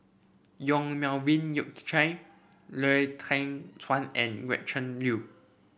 Yong Melvin Yik Chye Lau Teng Chuan and Gretchen Liu